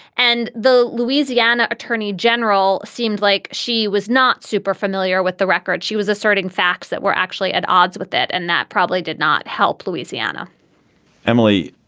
and the louisiana attorney general seemed like she was not super familiar with the record. she was asserting facts that were actually at odds with that. and that probably did not help louisiana emily,